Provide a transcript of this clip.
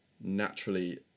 naturally